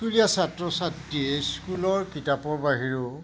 স্কুলীয়া ছাত্ৰ ছাত্ৰীয়ে স্কুলৰ কিতাপৰ বাহিৰেও